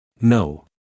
No